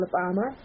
Alabama